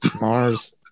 Mars